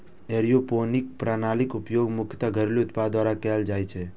aeroponic प्रणालीक उपयोग मुख्यतः घरेलू उत्पादक द्वारा कैल जाइ छै